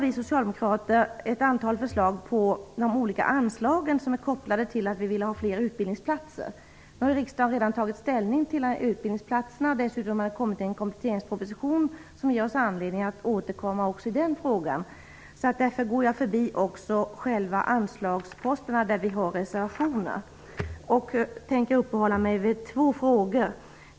Vi socialdemokrater har ett antal förslag på de olika anslagsområdena. De är kopplade till att vi vill ha fler utbildningsplatser. Riksdagen har redan tagit ställning till utbildningsplatserna. Dessutom har det kommit en kompletteringsproposition som ger oss anledning att återkomma i den frågan. Därför går jag förbi också själva anslagsposterna, där vi har reservationer, och tänker uppehålla mig vid två frågor.